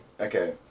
Okay